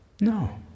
No